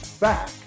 back